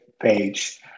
page